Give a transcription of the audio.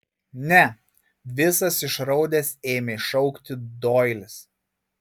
ne visas išraudęs ėmė šaukti doilis